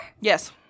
Yes